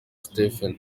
stephen